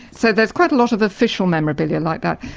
so there's quite a lot of official memorabilia like that,